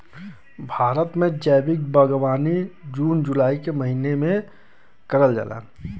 भारत में जैविक बागवानी जून जुलाई के महिना में करल जाला